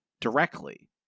directly